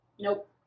Nope